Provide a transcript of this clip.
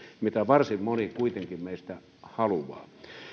mitä varsin moni kuitenkin meistä haluaa